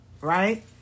right